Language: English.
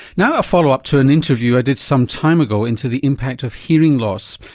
now a follow-up to an interview i did some time ago into the impact of hearing loss,